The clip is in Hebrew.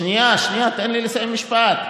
שנייה, שנייה, תן לי לסיים משפט.